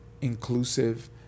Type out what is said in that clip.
inclusive